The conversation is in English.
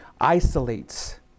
isolates